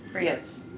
Yes